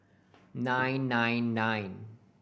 nine nine nine